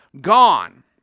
gone